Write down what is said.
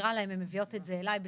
הן מביאות אלי כל מה שנראה להן,